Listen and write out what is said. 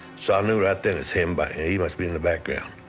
so knew right then, it's him. but he must be in the background.